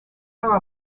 are